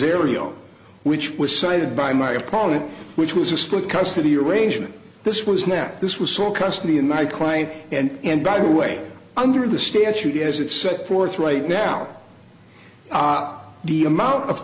ariel which was cited by my opponent which was a split custody arrangement this was now this was so custody in my client and by the way under the statute is it set forth right now or the amount of